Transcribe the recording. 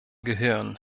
gehören